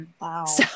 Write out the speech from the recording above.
Wow